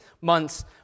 months